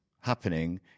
happening